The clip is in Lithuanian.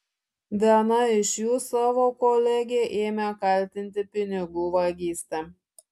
viena iš jų savo kolegę ėmė kaltinti pinigų vagyste